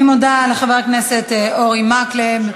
אני מודה לחבר הכנסת אורי מקלב.